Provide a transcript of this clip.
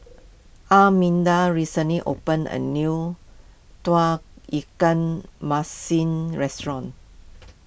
Arminda recently opened a new Tauge Ikan Masin restaurant